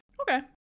okay